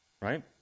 right